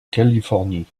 californie